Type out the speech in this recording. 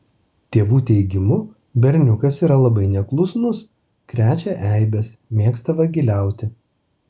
tėvų teigimu berniukas yra labai neklusnus krečia eibes mėgsta vagiliauti